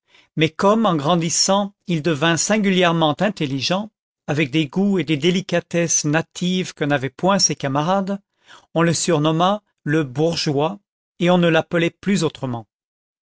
mais comme en grandissant il devint singulièrement intelligent avec des goûts et des délicatesses natives que n'avaient point ses camarades on le surnomma le bourgeois et on ne l'appelait plus autrement